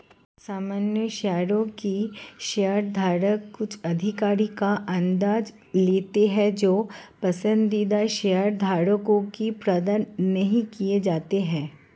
सामान्य शेयरों के शेयरधारक कुछ अधिकारों का आनंद लेते हैं जो पसंदीदा शेयरधारकों को प्रदान नहीं किए जाते हैं